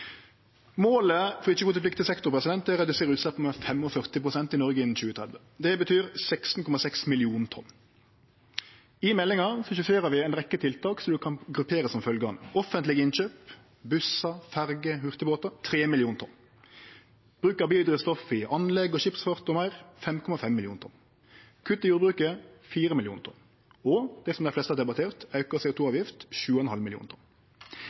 Målet for ikkje-kvotepliktig sektor er å redusere utsleppa med 45 pst. i Noreg innan 2030. Det betyr 16,6 millionar tonn. I meldinga skisserer vi ei rekkje tiltak som kan grupperast slik: offentlege innkjøp, bussar, ferjer og hurtigbåtar, 3 millionar tonn, bruk av biodrivstoff i anlegg og skipsfart m.m., 5,5 millionar tonn, kutt i jordbruket, 4 millionar tonn, og det som dei fleste har debattert, auka CO 2 -avgift, 7,5 millionar tonn.